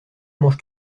manges